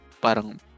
parang